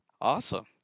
Awesome